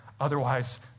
otherwise